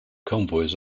convoys